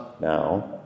now